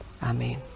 Amen